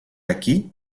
aquí